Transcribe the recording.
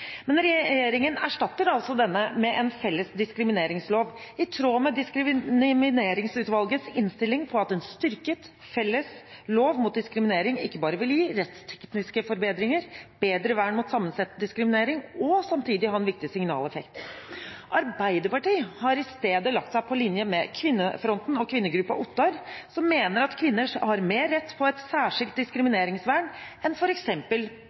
Men regjeringen erstatter altså denne med en felles diskrimineringslov, i tråd med Likestillings- og diskrimineringsutvalgets innstilling om at en styrket, felles lov mot diskriminering ikke bare vil gi rettstekniske forbedringer og bedre vern mot sammensatt diskriminering, men også samtidig ha en viktig signaleffekt. Arbeiderpartiet har i stedet lagt seg på linje med Kvinnefronten og Kvinnegruppa Ottar, som mener at kvinner har mer rett til et særskilt diskrimineringsvern enn